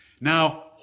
Now